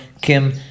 Kim